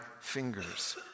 fingers